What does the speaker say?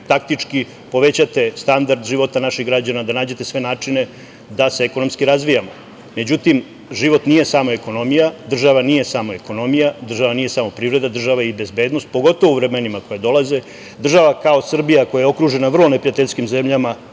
taktički povećate standard života građana, da nađete sve načine da se ekonomski razvijamo. Međutim, život nije samo ekonomija, država nije samo ekonomija, država nije samo privreda. Država je i bezbednost, pogotovo u vremenima koja dolaze. Država kao Srbija koja je okružena vrlo neprijateljskim zemljama,